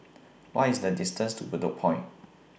What IS The distance to Bedok Point